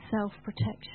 self-protection